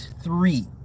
three